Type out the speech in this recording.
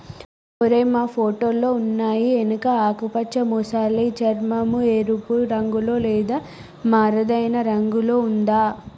ఓరై మా ఫోటోలో ఉన్నయి ఎనుక ఆకుపచ్చ మసలి చర్మం, ఎరుపు రంగులో లేదా మరేదైనా రంగులో ఉందా